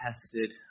tested